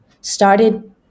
started